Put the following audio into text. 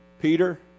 Peter